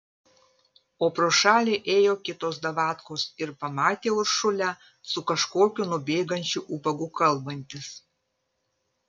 o pro šalį ėjo kitos davatkos ir pamatė uršulę su kažkokiu nubėgančiu ubagu kalbantis